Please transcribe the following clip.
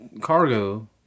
cargo